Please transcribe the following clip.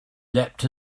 leapt